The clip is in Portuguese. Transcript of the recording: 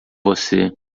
você